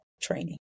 training